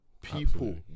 People